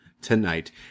tonight